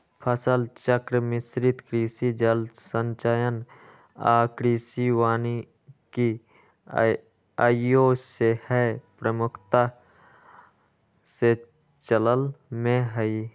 फसल चक्र, मिश्रित कृषि, जल संचयन आऽ कृषि वानिकी आइयो सेहय प्रमुखता से चलन में हइ